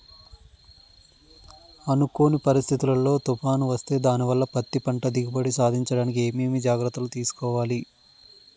అనుకోని పరిస్థితుల్లో తుఫాను వస్తే దానివల్ల పత్తి పంట దిగుబడి సాధించడానికి ఏమేమి జాగ్రత్తలు తీసుకోవాలి?